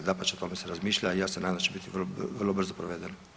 Dapače, o tome se razmišlja i ja se nadam da će biti vrlo brzo provedeno.